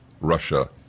Russia